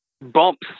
bumps